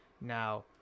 Now